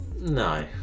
No